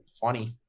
funny